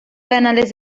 canales